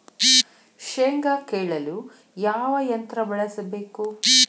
ಶೇಂಗಾ ಕೇಳಲು ಯಾವ ಯಂತ್ರ ಬಳಸಬೇಕು?